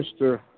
Mr